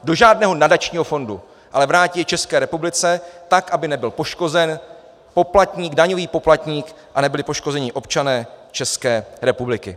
Do žádného nadačního fondu, ale vrátí je České republice, tak aby nebyl poškozen poplatník, daňový poplatník, a nebyli poškozeni občané České republiky.